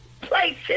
places